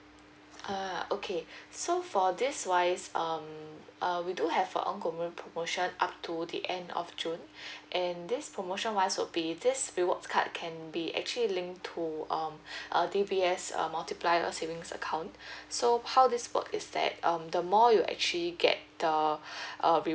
err okay so for this wise um err we do have a ongoing promotion up to the end of june and this promotion wise would be this reward card can be actually link to um err D_B_S um multiply your savings account so how this work is that um the more you actually get the err